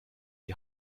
die